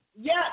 Yes